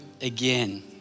again